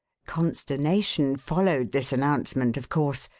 consternation followed this announcement, of course.